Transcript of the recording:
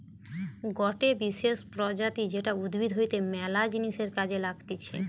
গটে বিশেষ প্রজাতি যেটা উদ্ভিদ হইতে ম্যালা জিনিসের কাজে লাগতিছে